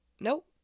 Nope